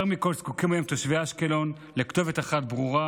יותר מכול זקוקים היום תושבי אשקלון לכתובת אחת ברורה